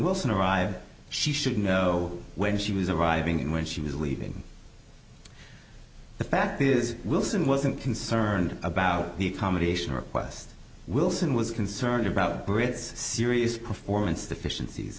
wilson arrived she should know when she was arriving in when she was leaving the fact is wilson wasn't concerned about the accommodation request wilson was concerned about brit's serious performance deficiencies